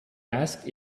asked